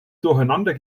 durcheinander